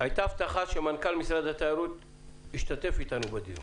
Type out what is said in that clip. היתה הבטחה שמנכ"ל משרד התיירות ישתתף אתנו בדיון.